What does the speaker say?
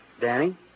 Danny